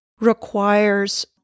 requires